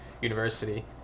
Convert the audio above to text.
university